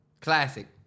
classic